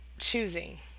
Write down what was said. choosing